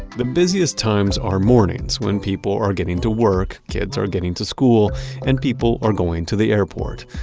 the busiest times are mornings when people are getting to work, kids are getting to school and people are going to the airport.